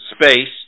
space